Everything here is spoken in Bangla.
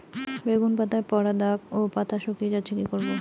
বেগুন পাতায় পড়া দাগ ও পাতা শুকিয়ে যাচ্ছে কি করব?